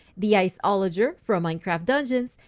the iceologer from minecraft dungeons,